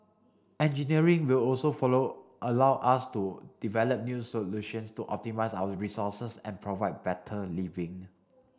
engineering will also follow allow us to develop new solutions to optimise our resources and provide better living